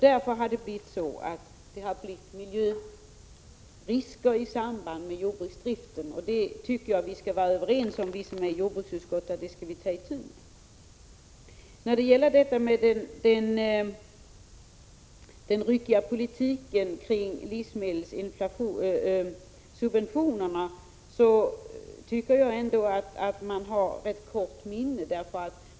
Därför har det uppstått miljörisker i samband med jordbruksdriften, och jag tycker att vi som tillhör jordbruksutskottet skall vara överens om att ta itu med detta. När det gäller den ryckiga politiken kring livsmedelssubventionerna tycker jag ändå att man har rätt kort minne.